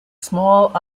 small